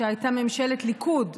שהייתה ממשלת ליכוד,